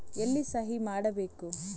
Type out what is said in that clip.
ಎಲ್ಲಿ ಸಹಿ ಮಾಡಬೇಕು?